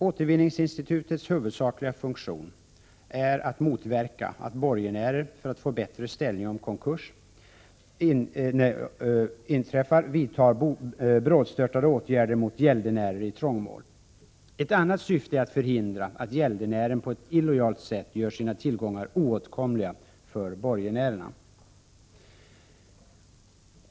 Återvinningsinstitutets huvudsakliga funktion är att motverka att borgenärer, för att få bättre ställning om konkurs inträffar, vidtar brådstörtade åtgärder mot gäldenär i trångmål. Ett annat syfte är att förhindra att gäldenären på ett illojalt sätt gör sina tillgångar oåtkomliga för borgenärerna.